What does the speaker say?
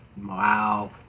Wow